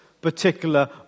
particular